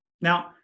Now